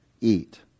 eat